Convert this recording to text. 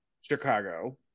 chicago